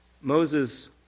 Moses